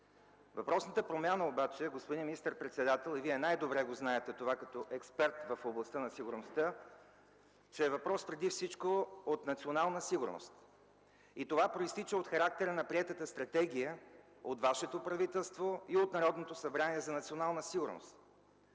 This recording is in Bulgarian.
Въпросната промяна обаче, господин министър-председател, и Вие най-добре знаете това като експерт в областта на сигурността, е въпрос преди всичко от национална сигурност и това произтича от характера на приетата стратегия от Вашето правителство и от Народното събрание за национална сигурност.